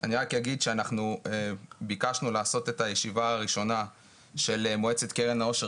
אני רק אגיד שביקשנו לעשות את הישיבה הראשונה של מועצת קרן האושר